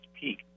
peak